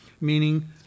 Meaning